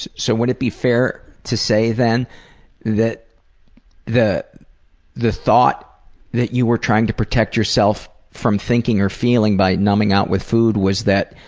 so would it be fair to say then that that the thought that you were trying to protect yourself from thinking or feeling by numbing out with food was that